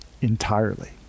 entirely